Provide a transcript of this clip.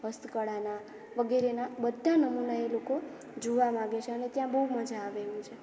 હસ્તકળાના વગેરેના બધા નમૂના એ લોકો જોવા માંગે છે અને ત્યાં બહુ મજા આવે એવું છે